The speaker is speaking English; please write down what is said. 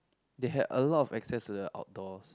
they had a lot of access to the outdoors